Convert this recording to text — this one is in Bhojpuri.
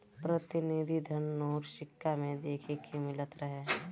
प्रतिनिधि धन नोट, सिक्का में देखे के मिलत रहे